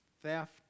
theft